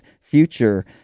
future